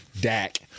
Dak